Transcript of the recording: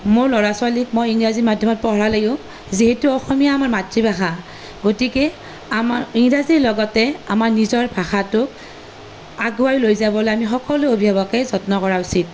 মোৰ ল'ৰা ছোৱালীক মই ইংৰাজী মাধ্যমত পঢ়ালেও যিহেতু অসমীয়া আমাৰ মাতৃভাষা গতিকে আমাৰ ইংৰাজীৰ লগতে আমাৰ নিজৰ ভাষাটোক আগুৱাই লৈ যাবলৈ আমি সকলো অভিভাৱকে যত্ন কৰা উচিত